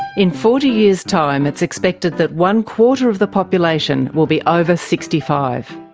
in forty years time, it's expected that one-quarter of the population will be over sixty five.